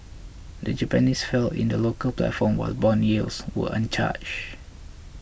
the Japanese fell in the local platform while bond yields were untouch